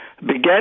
began